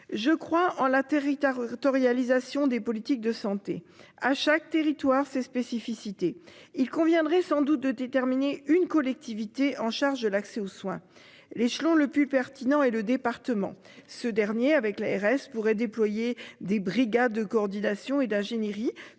Je crois en la territoire autoréalisatrice des politiques de santé à chaque territoire, ses spécificités. Il conviendrait sans doute de déterminer une collectivité en charge de l'accès aux soins. L'échelon le plus pertinent et le département. Ce dernier avec l'ARS pourrait déployer des brigades de coordination et d'ingénierie